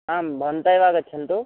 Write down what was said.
आं भवन्तः एव आगच्छन्तु